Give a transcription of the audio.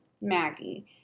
Maggie